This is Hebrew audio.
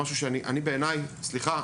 סליחה,